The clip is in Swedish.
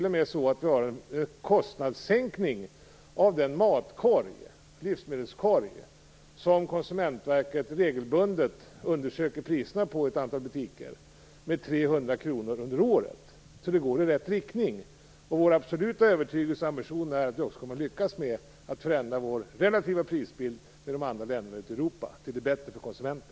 Vi har t.o.m. under året fått en kostnadssänkning med 300 kr vad gäller den livsmedelskorg som Konsumentverket regelbundet undersöker priset för i ett antal butiker. Det går alltså i rätt riktning. Det är vår absoluta övertygelse, och även ambition, att vi kommer att lyckas med att förändra vår relativa prisbild kontra de andra länderna i Europa till det bättre för konsumenten.